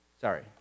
sorry